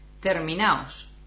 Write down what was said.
Terminaos